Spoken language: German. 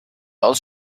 aus